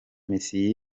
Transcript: messi